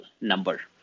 number